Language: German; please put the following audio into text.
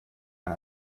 ein